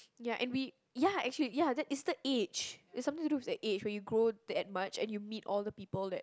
ya and we ya actually ya that is the age is something to do with the age when you grow that much and meet all the people that